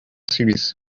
series